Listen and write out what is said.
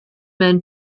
men